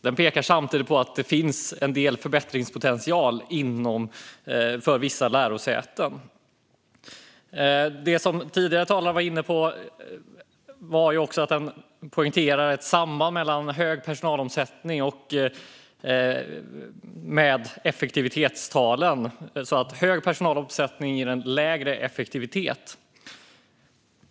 Den pekar samtidigt på att det finns en del förbättringspotential för vissa lärosäten. Föregående talare poängterade sambandet mellan personalomsättning och effektivitetstal och att hög personalomsättning ger en lägre effektivitet.